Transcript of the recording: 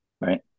Right